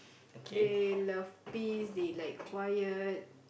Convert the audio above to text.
they love busy like quiet